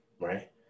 right